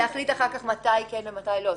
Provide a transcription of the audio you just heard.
כדי להחליט אחר כך מתי כן ומתי לא.